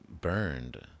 burned